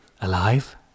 Alive